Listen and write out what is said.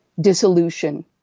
dissolution